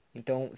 Então